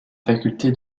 faculté